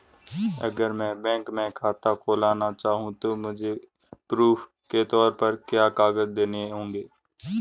अगर मैं बैंक में खाता खुलाना चाहूं तो मुझे प्रूफ़ के तौर पर क्या क्या कागज़ देने होंगे?